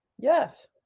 Yes